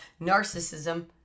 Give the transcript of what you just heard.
narcissism